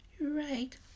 Right